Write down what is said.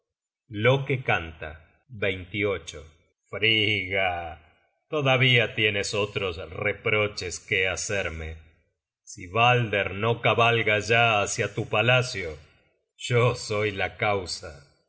furor loke canta frigga todavía tienes otros reproches que hacerme si balder no cabalga ya hácia tu palacio yo soy la causa